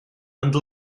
and